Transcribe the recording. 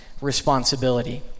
responsibility